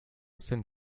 seine